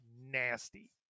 nasty